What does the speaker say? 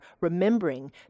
remembering